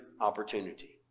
opportunity